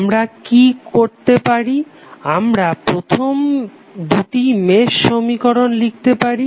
আমরা কি করতে পারি আমরা প্রথম দুটি মেশ সমীকরণ লিখতে পারি